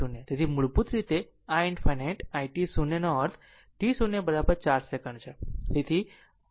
તેથી તે મૂળભૂત રીતે i ∞ i t 0 નો અર્થ t 0 4 સેકંડ છે